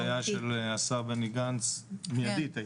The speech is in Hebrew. זה הנחיה של השר בני גנץ, מיידית.